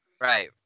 right